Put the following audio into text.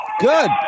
Good